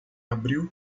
abril